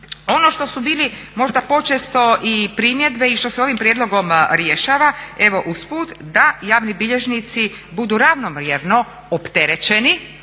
Ono što su bili možda počesto i primjedbe i što se ovim prijedlogom rješava, evo usput da javni bilježnici budu ravnomjerno opterećeni,